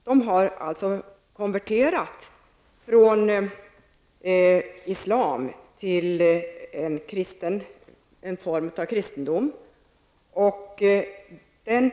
Man har konverterat från islam till en form av kristendom.